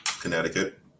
Connecticut